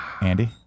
Andy